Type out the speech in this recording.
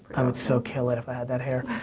i would so kill it if i had that hair.